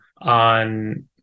on